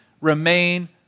remain